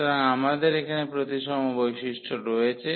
সুতরাং আমাদের এখানে প্রতিসম বৈশিষ্ট্য রয়েছে